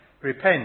repent